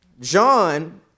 John